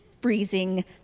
freezing